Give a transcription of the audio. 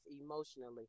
emotionally